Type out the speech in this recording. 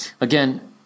Again